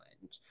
challenge